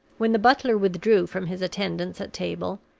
when the butler withdrew from his attendance at table,